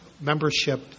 membership